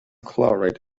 chloride